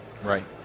Right